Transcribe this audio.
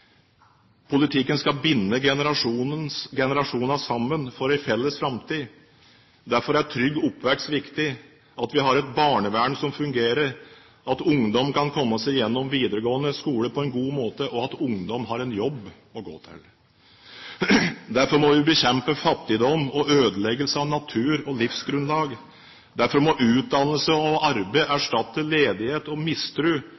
Politikken skal binde generasjonene sammen for en felles framtid. Derfor er en trygg oppvekst viktig, at vi har et barnevern som fungerer, at ungdom kan komme seg gjennom videregående skole på en god måte, og at ungdom har en jobb å gå til. Derfor må vi bekjempe fattigdom og ødeleggelse av natur og livsgrunnlag. Derfor må utdannelse og arbeid